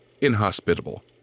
Inhospitable